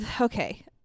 okay